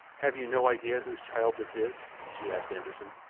have you no idea whose child this is? she asked anderssen.